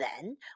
Then